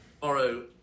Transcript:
Tomorrow